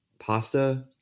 pasta